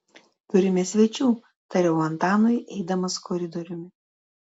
turime svečių tariau antanui eidamas koridoriumi